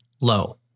low